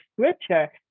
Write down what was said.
scripture